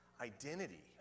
identity